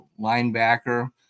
linebacker